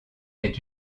est